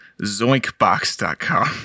Zoinkbox.com